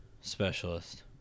specialist